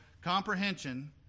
comprehension